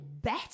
better